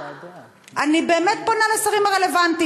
אני באמת פונה לשרים הרלוונטיים,